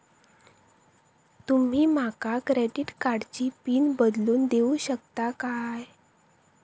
तुमी माका क्रेडिट कार्डची पिन बदलून देऊक शकता काय?